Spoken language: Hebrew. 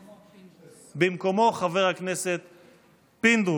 במקומו, חבר הכנסת פינדרוס,